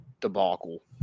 debacle